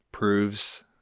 Proves